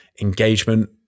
engagement